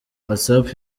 whatsapp